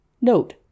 Note